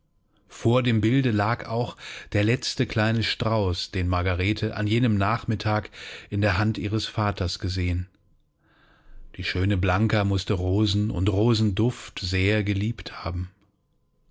vor dem bilde lag auch der letzte kleine strauß den margarete an jenem nachmittag in der hand ihres vaters gesehen die schöne blanka mußte rosen und rosenduft sehr geliebt haben